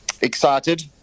Excited